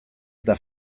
eta